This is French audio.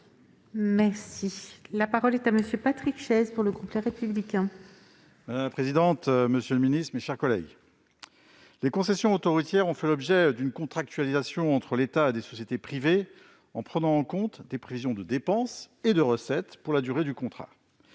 général. La parole est à M. Patrick Chaize. Madame la présidente, monsieur le ministre, mes chers collègues, les concessions autoroutières ont fait l'objet d'une contractualisation entre l'État et des sociétés privées, en prenant en compte des prévisions de dépenses et de recettes sur la durée du contrat